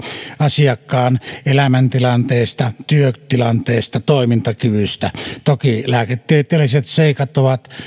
asiakkaan elämäntilanteesta työtilanteesta toimintakyvystä toki lääketieteelliset seikat ovat